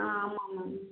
ஆ ஆமாம் மேம்